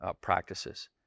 practices